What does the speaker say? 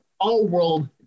all-world